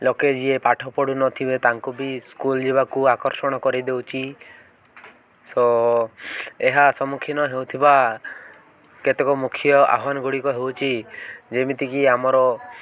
ଲୋକେ ଯିଏ ପାଠ ପଢ଼ୁନଥିବେ ତାଙ୍କୁ ବି ସ୍କୁଲ୍ ଯିବାକୁ ଆକର୍ଷଣ କରାଇ ଦେଉଛି ସ ଏହା ସମ୍ମୁଖୀନ ହେଉଥିବା କେତେକ ମୁଖ୍ୟ ଆହ୍ୱାନ ଗୁଡ଼ିକ ହେଉଛି ଯେମିତିକି ଆମର